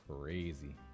crazy